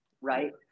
right